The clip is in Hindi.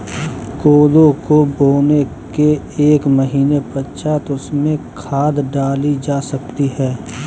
कोदो को बोने के एक महीने पश्चात उसमें खाद डाली जा सकती है